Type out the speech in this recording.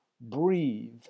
breathe